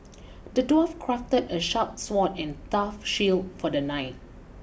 the dwarf crafted a sharp sword and tough shield for the knight